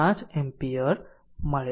5 ampere મળે છે